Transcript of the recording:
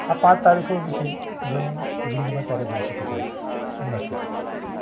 આ પાંચ તારીખો એવી છે જે હું જિંદગીમાં ક્યારેય ભૂલી શકું તેમ નથી